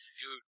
Dude